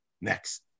Next